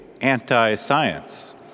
anti-science